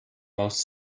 most